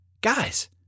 Guys